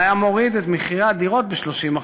זה היה מוריד את ערך הדירות ב-30%.